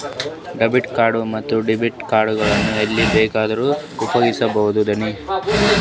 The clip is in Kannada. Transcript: ಕ್ರೆಡಿಟ್ ಕಾರ್ಡ್ ಮತ್ತು ಡೆಬಿಟ್ ಕಾರ್ಡ್ ಗಳನ್ನು ಎಲ್ಲಿ ಬೇಕಾದ್ರು ಉಪಯೋಗಿಸಬಹುದೇನ್ರಿ?